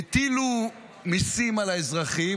הטילו מיסים על האזרחים,